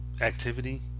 activity